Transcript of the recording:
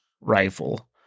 rifle